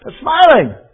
smiling